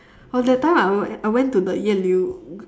that time I when I went to the yehliu